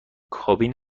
کابین